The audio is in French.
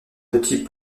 petit